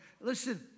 listen